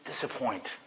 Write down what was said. disappoint